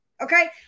Okay